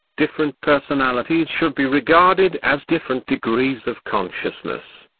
different personalities should be regarded as different degrees of consciousness.